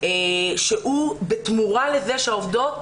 שהוא בתמורה לזה שהעובדות